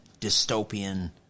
dystopian